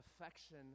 affection